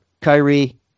Kyrie